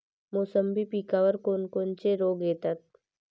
मोसंबी पिकावर कोन कोनचे रोग येतात?